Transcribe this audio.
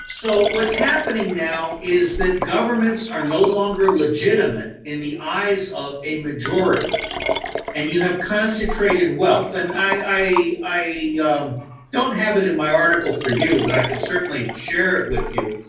so, what's happening now is that governments are no longer legitimate in the eyes of a majority and you have concentrated wealth and i, i, i don't have it in my article for you but, i can certainly share it with you.